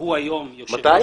שהוא היום יושב ראש המפלגה.